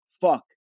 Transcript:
Fuck